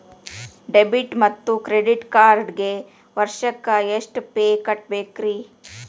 Debit ಮತ್ತು credit ಕಾರ್ಡ್ಗೆ ವರ್ಷಕ್ಕ ಎಷ್ಟ ಫೇ ಕಟ್ಟಬೇಕ್ರಿ?